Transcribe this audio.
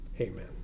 Amen